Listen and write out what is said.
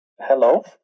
Hello